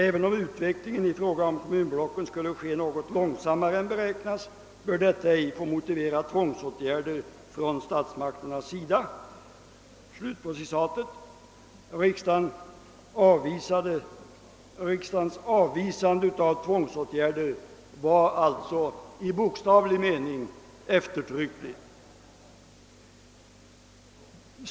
även om utvecklingen i fråga om kommunblocken skulle ske något långsammare än beräknats bör detta ej få motivera tvångsåtgärder från statsmakternas sida.» Riksdagens avvisande av tvångsåtgärder var alltså i bokstavlig mening eftertryckligt.